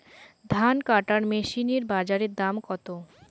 ধান কাটার মেশিন এর বাজারে দাম কতো?